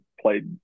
played